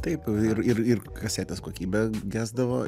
taip ir ir ir kasetės kokybė gesdavo